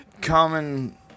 common